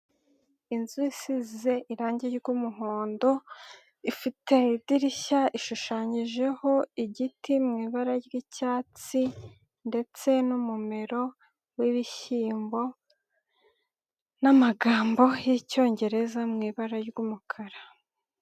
Inzu isize irangi ry'umuhondo, ifite idirishya, ishushanyijeho igiti mu ibara ry'icyatsi ndetse n'umumero w'ibishyiyimbo n'amagambo y'Icyongereza mu ibara ry'umukara.